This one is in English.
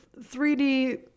3D